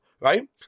Right